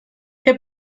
herr